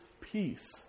peace